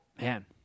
Man